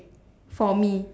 for me